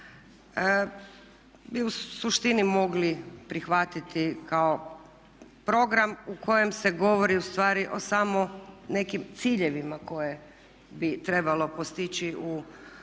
bi u suštini mogli prihvatiti kao program u kojem se govori ustvari o samo nekim ciljevima koje bi trebalo postići u mandatu.